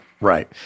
right